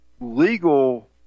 legal